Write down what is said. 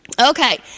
Okay